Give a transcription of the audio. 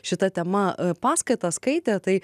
šita tema paskaitą skaitė tai